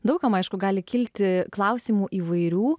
daug kam aišku gali kilti klausimų įvairių